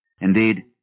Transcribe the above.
Indeed